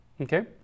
okay